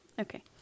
okay